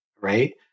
Right